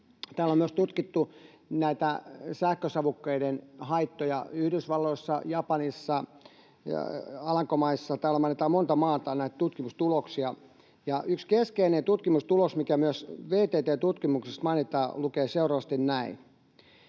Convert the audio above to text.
On myös tutkittu näitä sähkösavukkeiden haittoja Yhdysvalloissa, Japanissa, Alankomaissa — täällä mainitaan monen maan tutkimustuloksia. Yksi keskeinen tutkimustulos, mikä myös VTT:n tutkimuksessa mainitaan, on seuraava: